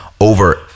over